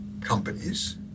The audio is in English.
companies